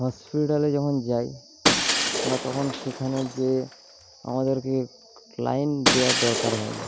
হসপিটালে যখন যাই বা তখন সেখানে যেয়ে আমাদেরকে ক্লায়েন্ট দেওয়ার দরকার হয়